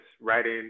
writing